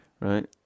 Right